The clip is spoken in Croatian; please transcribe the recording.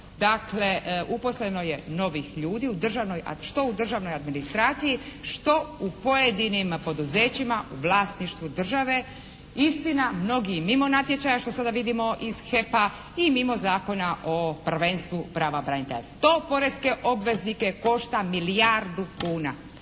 oko 10 tisuća novih ljudi što u državnoj administraciji što u pojedinim poduzećima u vlasništvu države, istina mnogi i mimo natječaja što sada vidimo iz HEP-a i mimo Zakona o prvenstvu prava branitelja. To poreske obveznike košta milijardu kuna.